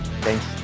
thanks